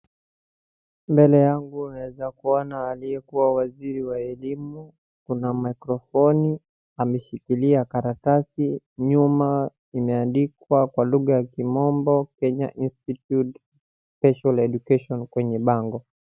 Mbele yangu naweza kuona aliyekuwa waziri wa elimu, kuna microphoni, ameshikilia karatasi, nyuma imeandikwa kwa lugha ya kimombo Kenya Institute Special Education kwenye bango.